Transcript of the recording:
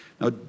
Now